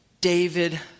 David